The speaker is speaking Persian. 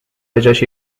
بجاش